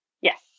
Yes